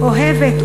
אוהבת,